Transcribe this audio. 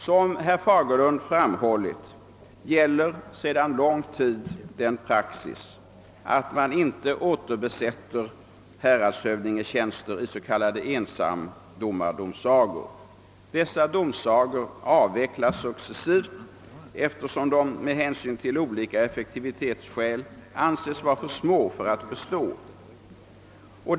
Som herr Fagerlund framhållit återbesätts enligt sedan lång tid gällande praxis ej häradshövdingtjänsten i s.k. ensamdomardomsagor. Dessa domsagor avvecklas successivt, eftersom de med hänsyn till olika effektivitetsskäl anses vara för små för att bestå.